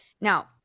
Now